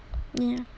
ya